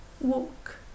walk